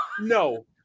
no